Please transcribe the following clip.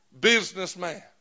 businessman